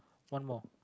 one more